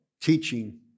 teaching